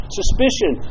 suspicion